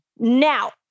Now